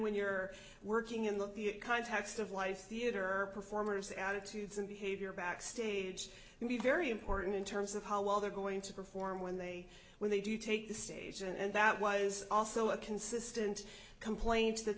when you're working in the context of life theater performers the attitudes and behavior backstage can be very important in terms of how well they're going to perform when they when they do take the stage and that was also a consistent complaints that